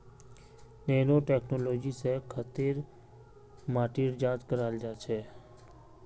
nano technology स खेतेर माटी जांच कराल जाछेक